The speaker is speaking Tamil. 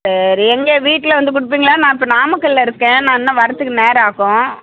சேரி எங்க வீட்ல வந்து குடுப்பீங்களா நான் இப்ப நாமக்கல்ல இருக்கேன் நா இன்னும் வரத்துக்கு நேரம் ஆகும்